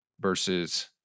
Versus